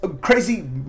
crazy